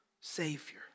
Savior